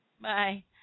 Bye